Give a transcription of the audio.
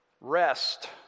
Rest